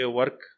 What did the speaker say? work